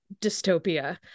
dystopia